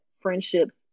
friendships